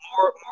more